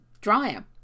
dryer